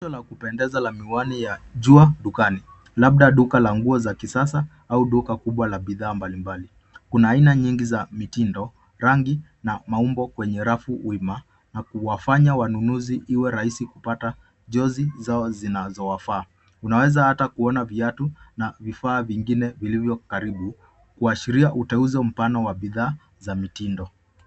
Eneo la kupendeza la miwani ya jua dukani labda duka la nguo la kisasa au duka la bidhaa mbalimbali. Kuna aina nyingi za mitindo, rangi na maumbo kwenye rafu wima huwafanya wanunuzi iwe rahisi kupata jozi zao zinazowafaa. Unaweza hata kuona viatu na vifaa vingine vilivyo karibu kuashiria uteuzi mpana wa bidhaa za mitindo.